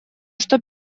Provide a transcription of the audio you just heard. что